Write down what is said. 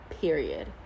period